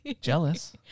Jealous